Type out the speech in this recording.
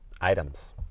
items